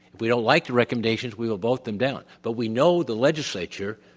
we don't like the recommendations we will vote them down. but we know the legislature,